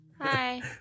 Hi